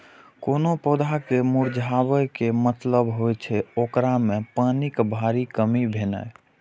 कोनो पौधा के मुरझाबै के मतलब होइ छै, ओकरा मे पानिक भारी कमी भेनाइ